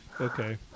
okay